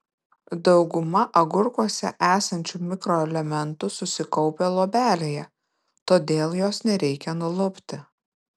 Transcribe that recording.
dauguma agurkuose esančių mikroelementų susikaupę luobelėje todėl jos nereikia nulupti